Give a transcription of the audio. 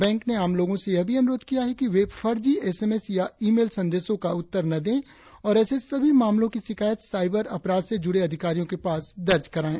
bank ने आम लोगों से यह भी अनुरोध किया है कि वे फर्जी एस एम एस या ई मेल संदेशों का उत्तर न दें और ऎसे सभी मामलों की शिकायत साइबर अपराध से जुड़े अधिकारियों के पास दर्ज कराएं